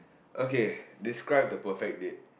okay describe the perfect date